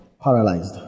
paralyzed